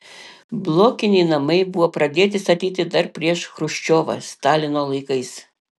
blokiniai namai buvo pradėti statyti dar prieš chruščiovą stalino laikais